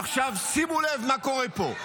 עכשיו, שימו לב מה קורה פה.